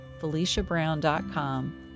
feliciabrown.com